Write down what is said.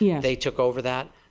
yeah they took over that.